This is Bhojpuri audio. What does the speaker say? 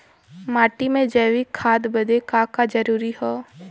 माटी में जैविक खाद बदे का का जरूरी ह?